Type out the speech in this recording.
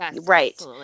right